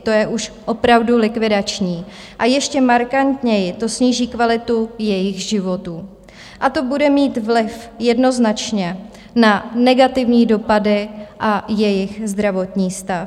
To je už opravdu likvidační a ještě markantněji to sníží kvalitu jejich životů a to bude mít vliv jednoznačně na negativní dopady a jejich zdravotní stav.